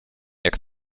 jak